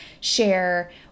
share